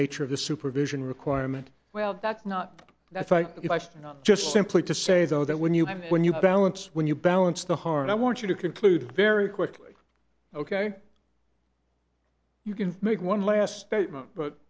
nature of the supervision requirement well that's not that's right if i should not just simply to say though that when you have when you balance when you balance the hard i want you to conclude very quickly ok you can make one last statement but